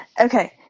Okay